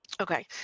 Okay